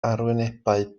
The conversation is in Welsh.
arwynebau